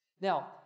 Now